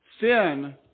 Sin